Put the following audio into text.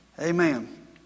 Amen